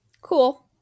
cool